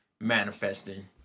manifesting